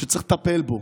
שצריך לטפל בו.